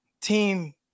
team